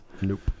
Nope